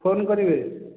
phone କରିବେ